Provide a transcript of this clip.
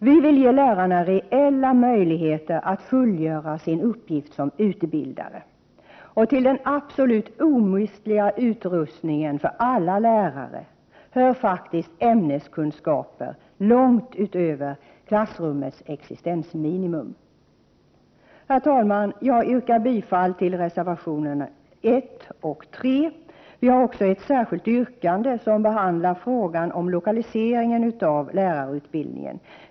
Vi vill ge lärarna reella möjligheter att fullgöra sin uppgift som utbildare. Till den absolut omistliga utrustningen för alla lärare hör faktiskt ämneskunskaper långt utöver klassrtummets existensminimum. Herr talman! Jag yrkar bifall till reservationerna 1 och 3. Vi har också ett särskilt yrkande som behandlar frågan om lokaliseringen av lärarutbildningen.